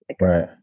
Right